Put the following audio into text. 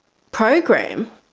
program